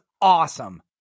awesome